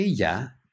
Ella